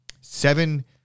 Seven